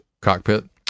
cockpit